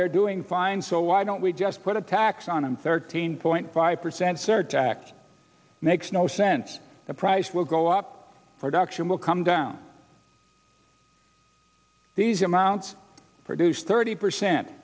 they're doing fine so why don't we just put a tax on and thirteen point five percent surtax makes no sense the price will go up production will come down these amounts produce thirty percent